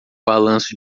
balanço